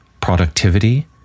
productivity